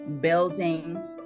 building